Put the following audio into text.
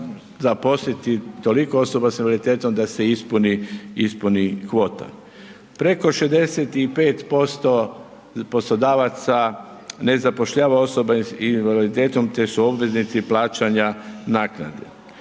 zaposliti toliko osoba s invaliditetom da se ispuni kvota. Preko 65% poslodavaca ne zapošljava osobe s invaliditetom, te su obveznici plaćanja naknada.